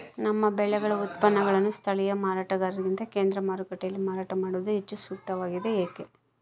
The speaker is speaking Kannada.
ನಮ್ಮ ಬೆಳೆಗಳ ಉತ್ಪನ್ನಗಳನ್ನು ಸ್ಥಳೇಯ ಮಾರಾಟಗಾರರಿಗಿಂತ ಕೇಂದ್ರ ಮಾರುಕಟ್ಟೆಯಲ್ಲಿ ಮಾರಾಟ ಮಾಡುವುದು ಹೆಚ್ಚು ಸೂಕ್ತವಾಗಿದೆ, ಏಕೆ?